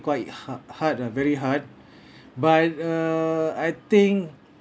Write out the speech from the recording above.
quite ha~ hard ah very hard but err I think